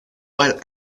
while